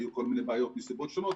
והיו כל מיני בעיות מסיבות שונו.